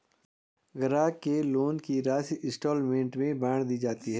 ग्राहक के लोन की राशि इंस्टॉल्मेंट में बाँट दी जाती है